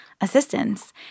assistance